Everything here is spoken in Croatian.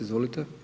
Izvolite.